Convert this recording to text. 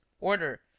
order